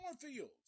cornfields